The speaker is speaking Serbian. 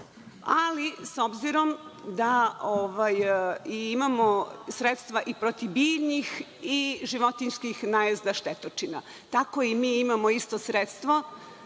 ali s obzirom da imamo sredstva i protiv biljnih i protiv životinjskih najezda štetočina, tako imamo isto sredstvo